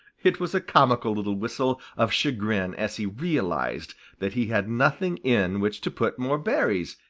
it was a comical little whistle of chagrin as he realized that he had nothing in which to put more berries,